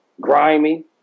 grimy